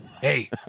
Hey